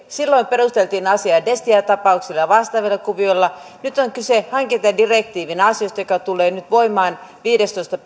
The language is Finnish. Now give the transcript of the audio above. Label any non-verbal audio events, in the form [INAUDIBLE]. silloin perusteltiin asiaa destia tapauksella ja vastaavilla kuvioilla nyt on kyse hankintadirektiivin asiasta joka tulee nyt voimaan kuudestoista [UNINTELLIGIBLE]